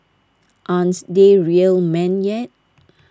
aren't they real men yet